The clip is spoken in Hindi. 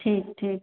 ठीक ठीक